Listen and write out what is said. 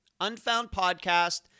unfoundpodcast